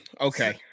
Okay